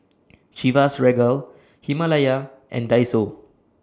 Chivas Regal Himalaya and Daiso